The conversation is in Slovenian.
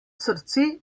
srce